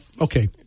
okay